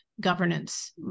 governance